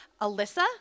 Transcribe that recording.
Alyssa